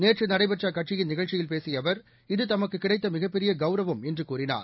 நேற்றுநடைபெற்றஅக்கட்சியின் நிகழ்ச்சியில் பேசியஅவர் தமக்குகிடைத்தமிகப் இது பெரியகௌரவம் என்றுகூறினார்